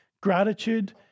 gratitude